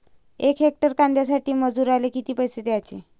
यक हेक्टर कांद्यासाठी मजूराले किती पैसे द्याचे?